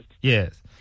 Yes